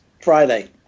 Friday